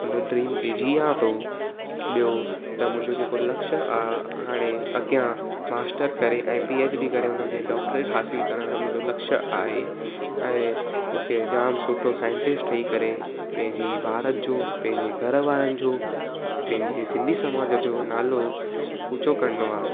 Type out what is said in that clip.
उन ड्रीम खे जियां थो ॿियो त मुंहिंजो जेको लक्ष्य आहे हाणे अॻियां मास्टर करे ऐं पी ऐच डी करे उन में डॉक्टरेट हासिलु करणु मुंहिंजो लक्ष्य आहे ऐं मूंखे जाम सुठो साइंटिस्ट ठही करे पंहिंजी भारत जो पंहिंजे घर वारनि जो पंहिंजे सिंधी समाज जो नालो ऊचो करणो आहे